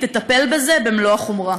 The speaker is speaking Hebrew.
תטפל בזה במלוא החומרה.